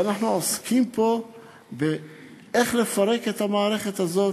ואנחנו עוסקים פה באיך לפרק את המערכת הזאת,